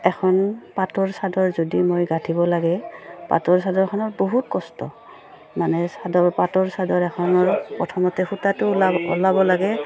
এখন পাটৰ চাদৰ যদি মই গাঁঠিব লাগে পাটৰ চাদৰখনৰ বহুত কষ্ট মানে চাদৰ পাটৰ চাদৰ এখনৰ প্ৰথমতে সূতাটো ওলাব লাগে